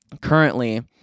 currently